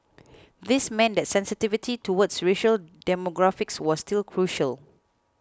this meant that sensitivity towards racial demographics was still crucial